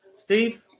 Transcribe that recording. Steve